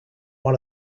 one